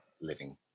living